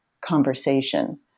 conversation